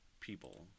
people